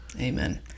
amen